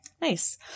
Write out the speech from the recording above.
Nice